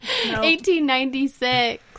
1896